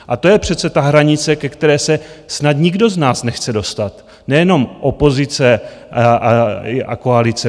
A to je přece ta hranice, ke které se snad nikdo z nás nechce dostat, nejenom opozice a koalice.